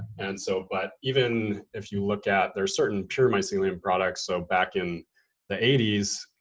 and so. but even if you look at, there's certain pure mycelium products. so back in the eighty s,